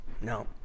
No